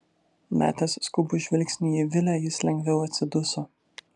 metęs skubų žvilgsnį į vilę jis lengviau atsiduso